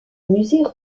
musée